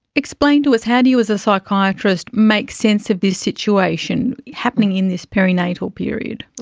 explain to us, how do you as a psychiatrist make sense of this situation happening in this perinatal period?